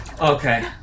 Okay